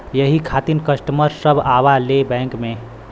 यही खातिन कस्टमर सब आवा ले बैंक मे?